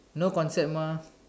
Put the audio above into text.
no concept mah